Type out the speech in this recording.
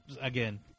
again